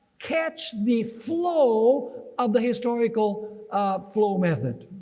catch the flow of the historical flow method.